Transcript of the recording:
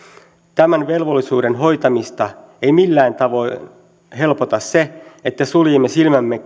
tämän velvollisuuden hoitamista ei millään tavoin helpota se että suljemme silmämme